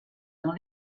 dans